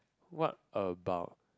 what about